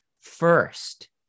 first